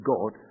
God